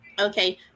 Okay